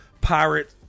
pirate